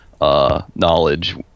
knowledge